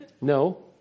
No